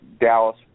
Dallas